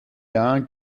jahr